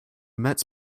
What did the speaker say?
mets